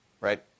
right